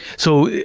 so,